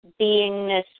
Beingness